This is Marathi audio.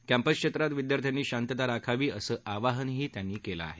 कॅपस क्षेत्रात विद्यार्थ्यांनी शांतता राखावी असं आवाहनही त्यांनी केलं आहे